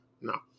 No